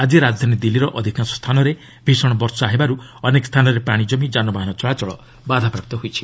ଆଜି ରାଜଧାନୀ ଦିଲ୍ଲୀର ଅଧିକାଂଶ ସ୍ଥାନରେ ଭୀଷଣ ବର୍ଷା ହେବାରୁ ଅନେକ ସ୍ଥାନରେ ପାଣି ଜମି ଯାନବାହନ ଚଳାଚଳ ବାଧାପ୍ରାପ୍ତ ହୋଇଛି